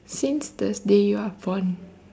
since the day you are born